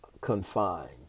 confined